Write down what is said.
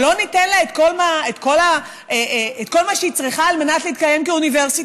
לא ניתן לה את כל מה שהיא צריכה על מנת להתקיים כאוניברסיטה?